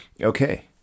Okay